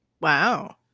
Wow